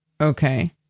Okay